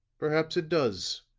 perhaps it does,